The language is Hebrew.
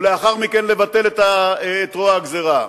ולאחר מכן לבטל את רוע הגזירה.